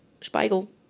Spiegel